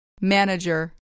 Manager